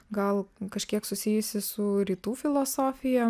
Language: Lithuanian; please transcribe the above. gal kažkiek susijusi su rytų filosofija